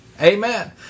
Amen